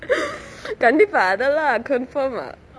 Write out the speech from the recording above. கண்டிப்பா அதெல்லா:kandippa athella confirm ah